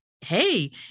hey